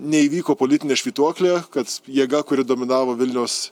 neįvyko politinė švytuoklė kad jėga kuri dominavo vilniaus